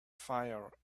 fire